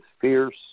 fierce